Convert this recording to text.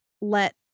let